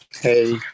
Hey